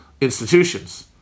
institutions